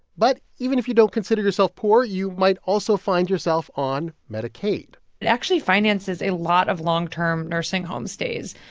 but even if you don't consider yourself poor, you might also find yourself on medicaid it actually finances a lot of long-term nursing home stays.